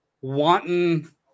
wanton